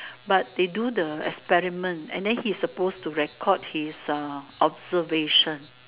but they do the experiment and then he suppose to record his observation